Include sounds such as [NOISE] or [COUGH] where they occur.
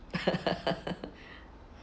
[LAUGHS]